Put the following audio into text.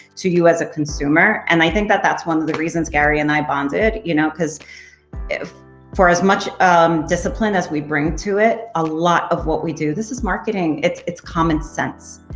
to you as a consumer, and i think that that's one of the reasons gary and i bonded you know cause for as much um discipline as we bring to it, a lot of what we do, this is marketing. it's it's common sense.